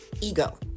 ego